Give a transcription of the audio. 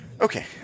Okay